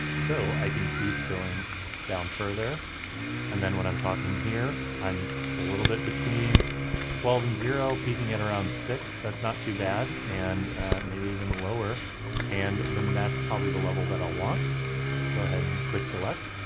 so i can keep going down further and then when i'm talking here, i'm a little bit between twelve and zero peaking at around six, that's not too bad and maybe even lower and then that's probably the level that i'll want go ahead and click select.